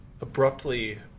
Abruptly